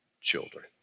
children